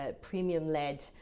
premium-led